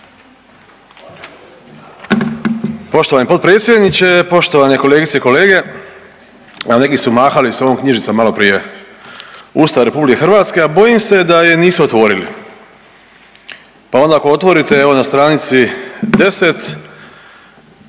Poštovani potpredsjedniče, poštovane kolegice i kolege, evo neki su mahali s ovom knjižicom maloprije, Ustav RH, a bojim se da je nisu otvorili, pa onda ako otvorite evo na stranici 10